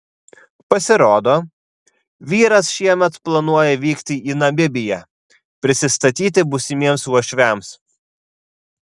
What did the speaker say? pasirodo vyras šiemet planuoja vykti į namibiją prisistatyti būsimiems uošviams